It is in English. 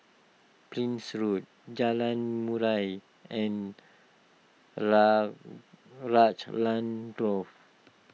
Prince Road Jalan Murai and Raglan Grove